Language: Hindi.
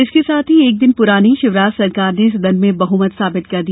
इसके साथ ही एक दिन पूरानी चौहान सरकार ने सदन में बहमत साबित कर दिया